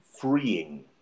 freeing